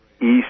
east